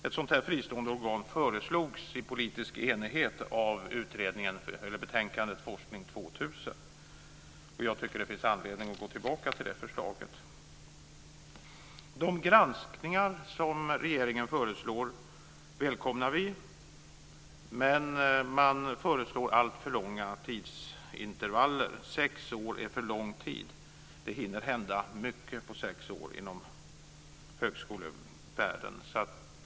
Ett sådant här fristående organ föreslogs i politisk enighet i betänkandet Forskning 2000, och jag tycker att det finns anledning att gå tillbaka till det förslaget. De granskningar som regeringen föreslår välkomnar vi. Men man föreslår alltför långa tidsintervaller. Sex år är för lång tid. Det hinner hända mycket på sex år inom högskolevärlden.